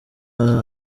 harimo